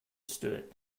stood